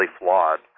flawed